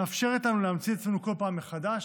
מאפשרים לנו להמציא את עצמנו כל פעם מחדש.